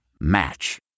Match